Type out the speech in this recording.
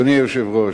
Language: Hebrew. אדוני היושב-ראש,